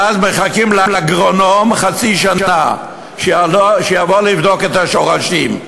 ואז מחכים חצי שנה לאגרונום שיבוא לבדוק את השורשים.